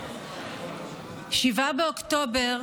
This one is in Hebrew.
7 באוקטובר,